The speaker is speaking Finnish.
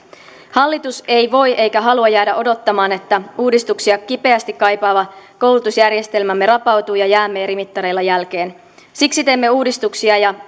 hallitus ei voi eikä halua jäädä odottamaan että uudistuksia kipeästi kaipaava koulutusjärjestelmämme rapautuu ja jäämme eri mittareilla jälkeen siksi teemme uudistuksia ja